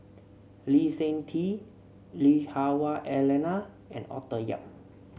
Lee Seng Tee Lui Hah Wah Elena and Arthur Yap